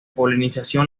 polinización